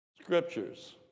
scriptures